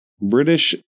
British